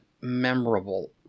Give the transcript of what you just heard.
memorable